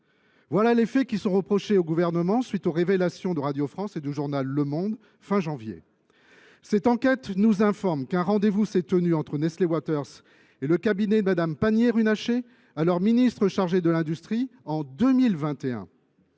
voilà les faits qui sont reprochés au Gouvernement à la suite des révélations de Radio France et du journal à la fin du mois de janvier. Cette enquête nous informe qu’un rendez vous s’est tenu en 2021 entre Nestlé Waters et le cabinet de Mme Pannier Runacher, alors ministre déléguée chargée de l’industrie. À la